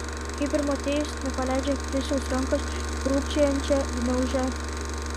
kaip ir motiejus nepaleidžia krisiaus rankos krūpčiojančią gniaužia